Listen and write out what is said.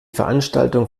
veranstaltung